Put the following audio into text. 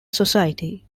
society